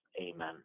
Amen